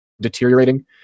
deteriorating